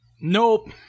Nope